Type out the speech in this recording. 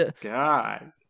God